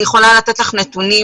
אני יכולה לתת לך נתונים